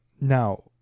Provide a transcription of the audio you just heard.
Now